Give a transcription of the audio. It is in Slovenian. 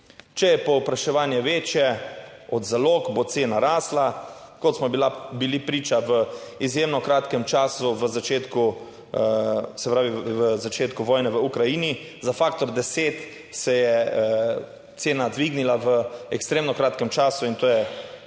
Če je povpraševanje večje od zalog, bo cena rasla, kot smo ji bili priča v izjemno kratkem času, v začetku, se pravi, v začetku vojne v Ukrajini. Za faktor deset se je cena dvignila v ekstremno kratkem času in to je